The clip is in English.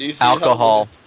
Alcohol